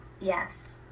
Yes